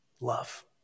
Love